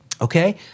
okay